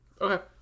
Okay